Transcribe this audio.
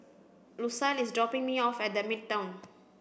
Lucille is dropping me off at The Midtown